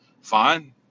Fine